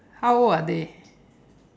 how old are they